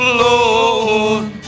lord